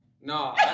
no